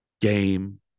game